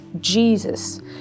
Jesus